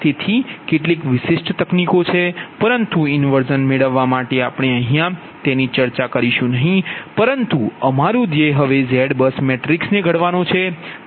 તેથી કેટલીક વિશિષ્ટ તકનીક છે પરંતુ ઇન્વર્ઝન મેળવવા માટે આપણે અહીયા તેની ચર્ચા કરીશું નહીં પરંતુ અમારું ધ્યેય હવે ZBUSમેટ્રિક્સને ઘડવાનો છે